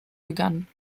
begann